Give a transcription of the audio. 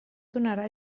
donarà